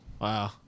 wow